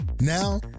Now